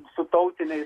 su tautiniais